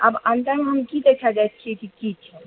आब अन्दरमे हम की देख जाइ छियै कि की छै